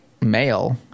male